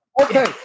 Okay